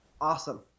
awesome